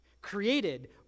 created